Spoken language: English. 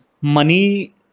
money